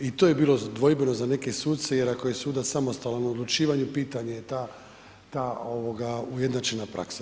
I to je bilo dvojbeno za neke suce jer ako je sudac samostalan u odlučivanju, pitanje je ta ujednačena praksa.